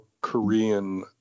Korean